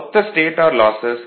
மொத்த stator losses 1 kilowatt